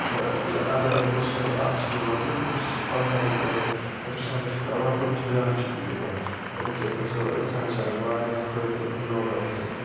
تہِ یہِ اگر مےٚ کُنہِ ساتَن اکھ جی بی مَکلہِ تہٕ بہٕ چھُس پَنٛدٕہَن رۄپیَن ہُنٛد رِچارٕج تراوان تہِ مےٚ چھِ بیاکھ جی بی یِوان یعنی کہِ بہٕ چھُس دپان اِنسان چھِ از واریاہ فایِدٕ أمۍ موبایِلہٕ سۭتۍ